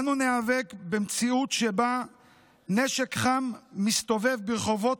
אנו ניאבק במציאות שבה נשק חם מסתובב ברחובות